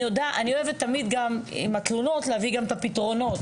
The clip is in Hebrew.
אני אוהבת תמיד עם התלונות להביא גם את הפתרונות.